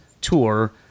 tour